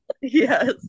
yes